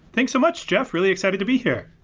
thanks so much, jeff. really excited to be here.